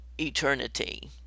eternity